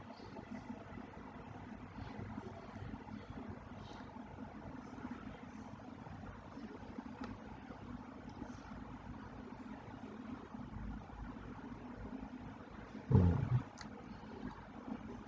mm